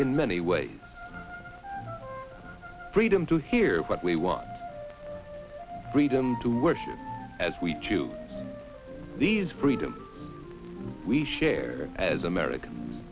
many ways freedom to hear what we want freedom to worship as we choose these freedoms we share as american